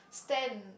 stand